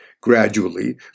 Gradually